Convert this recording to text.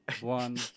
one